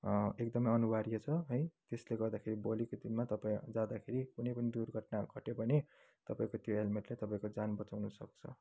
एकदमै अनिवार्य छ है यसले गर्दाखेरि भोलिको दिनमा तपाईँ जाँदाखेरि कुनै पनि दुर्घटना घट्यो भने तपाईँको त्यो हेलमेटले तपाईँको ज्यान बचाउनसक्छ